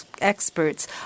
experts